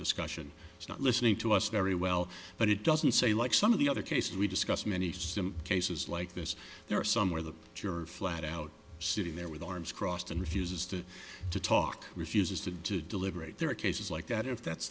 discussion it's not listening to us very well but it doesn't say like some of the other cases we discussed many system cases like this there are some where the jury flat out sitting there with arms crossed and refuses to talk refuses to deliberate there are cases like that if that's